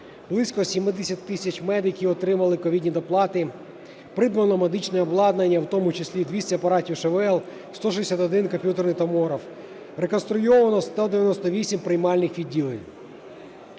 Близько 70 тисяч медиків отримали ковідні доплати, придбано медичне обладнання, в тому числі і 200 апаратів ШВЛ, 161 комп'ютерний томограф, реконструйовано 198 приймальних відділень.